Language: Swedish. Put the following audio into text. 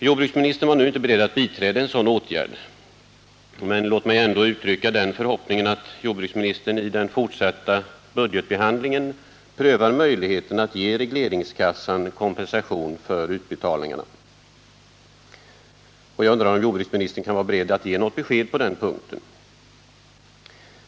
Jordbruksministern är nu inte beredd att vidta en sådan åtgärd, men låt mig ändå uttrycka den förhoppningen att jordbruksministern i den fortsatta budgetbehandlingen prövar möjligheten att ge regleringskassan kompensation för utbetalningarna. Kan jordbruksministern vara beredd att ge något besked på den punkten?